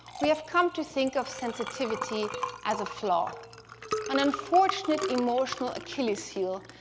we have come to think of sensitivity as a flaw an unfortunate, emotional achilles heel,